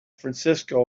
francisco